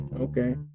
Okay